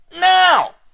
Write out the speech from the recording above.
now